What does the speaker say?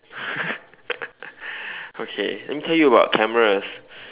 okay let me tell you about cameras